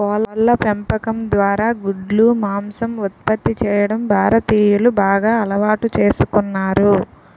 కోళ్ళ పెంపకం ద్వారా గుడ్లు, మాంసం ఉత్పత్తి చేయడం భారతీయులు బాగా అలవాటు చేసుకున్నారు